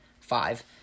five